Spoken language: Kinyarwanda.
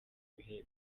bihe